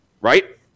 right